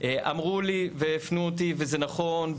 אמרו לי והפנו אותי וזה נכון,